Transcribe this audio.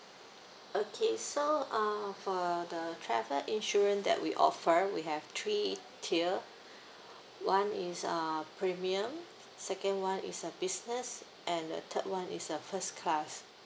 okay so uh for the travel insurance that we offer we have three tier one is uh premium second one is a business and the third one is a first class